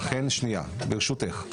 ברשותך,